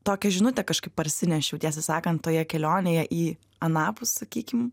tokią žinutę kažkaip parsinešiau tiesą sakant toje kelionėje į anapus sakykim